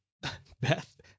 Beth